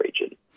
region